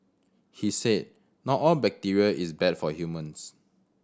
he said not all bacteria is bad for humans